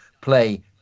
play